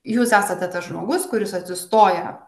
jūs esate tas žmogus kuris atsistoja